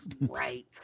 Right